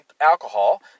alcohol